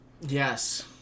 Yes